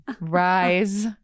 Rise